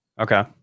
Okay